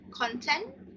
content